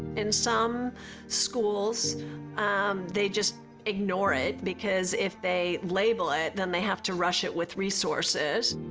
in some schools um they just ignore it because if they label it then they have to rush it with resources.